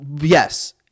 Yes